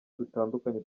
dutandukanye